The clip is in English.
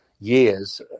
years